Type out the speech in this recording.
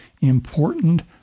important